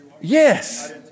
Yes